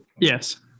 Yes